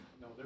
No